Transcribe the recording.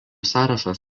sąrašas